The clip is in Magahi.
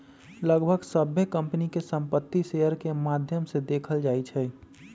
लगभग सभ्भे कम्पनी के संपत्ति शेयर के माद्धम से देखल जाई छई